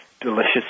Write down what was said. delicious